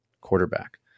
quarterback